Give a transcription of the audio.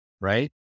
right